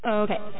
Okay